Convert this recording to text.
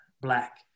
Black